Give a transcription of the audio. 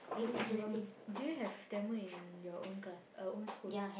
mum do you have Tamil in your own class uh own school